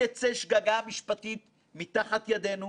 דוח ועדת החקירה הוא גם אקורד סיום